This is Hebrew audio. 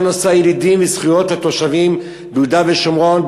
כל נושא הילידים וזכויות התושבים ביהודה ושומרון,